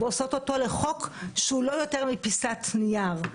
ועושות אותו לחוק שהוא לא יותר מפיסת נייר,